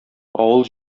авыл